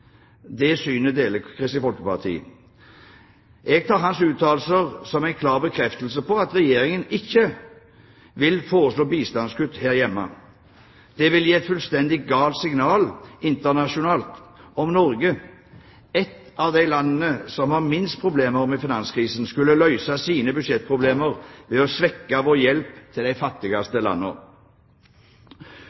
Det synet deler Kristelig Folkeparti. Jeg tar hans uttalelser som en klar bekreftelse på at Regjeringen ikke vil foreslå bistandskutt her hjemme. Det vil gi et fullstendig galt signal internasjonalt om Norge – et av de landene som har minst problemer med finanskrisen – skulle løse sine budsjettproblemer ved å svekke vår hjelp til de fattigste